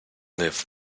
live